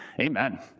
Amen